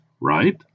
right